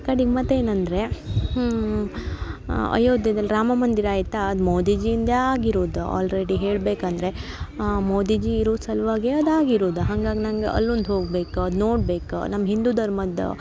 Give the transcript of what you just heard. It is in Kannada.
ಕಡೆಗೆ ಮತ್ತು ಏನು ಅಂದರೆ ಅಯೋಧ್ಯೆಯಲ್ಲಿ ರಾಮ ಮಂದಿರ ಆಯಿತಾ ಅದು ಮೋದಿಜಿಯಿಂದ ಆಗಿರೋದು ಆಲ್ರೆಡಿ ಹೇಳ್ಬೇಕೆಂದರೆ ಮೋದಿಜಿ ಇರೋ ಸಲ್ವಾಗಿ ಅದು ಆಗಿರೋದು ಹಂಗಾಗಿ ನಂಗೆ ಅಲ್ಲೊಂದು ಹೋಗ್ಬೇಕು ಅದು ನೋಡ್ಬೇಕು ನಮ್ಮ ಹಿಂದೂ ಧರ್ಮದ್ದ